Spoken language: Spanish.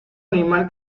animal